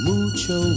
Mucho